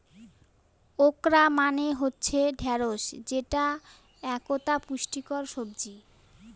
okra মানে হচ্ছে ঢ্যাঁড়স যেটা একতা পুষ্টিকর সবজি